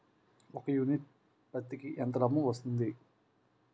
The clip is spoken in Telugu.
ఒక యూనిట్ పత్తికి ఎంత లాభం వస్తుంది?